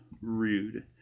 Rude